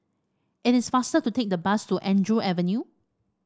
it is faster to take the bus to Andrew Avenue